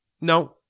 No